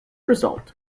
result